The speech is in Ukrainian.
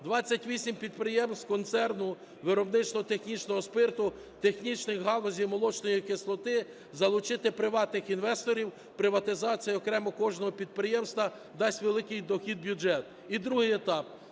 28 підприємств концерну виробничо-технічного спирту технічних галузей молочної кислоти залучити - приватних інвесторів, приватизація окремо кожного підприємства дасть великий дохід в бюджет. І другий етап,